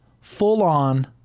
full-on